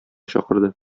чакырды